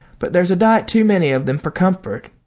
but there's a dite too many of them for comfort.